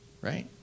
right